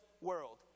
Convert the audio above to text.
world